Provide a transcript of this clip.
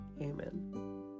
Amen